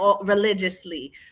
religiously